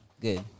good